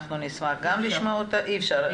אנחנו נשמח לשמוע אותה אי אפשר.